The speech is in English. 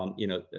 um you know,